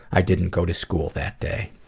i didn't go to school that day.